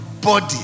body